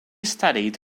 studied